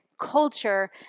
culture